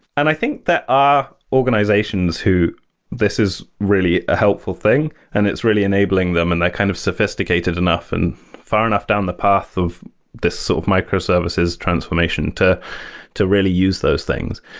and i think that our organizations who this is really a helpful thing and it's really enabling them and they're kind of sophisticated enough and far enough down the path of sort of microservices transformation to to really use those things.